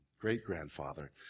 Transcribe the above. great-grandfather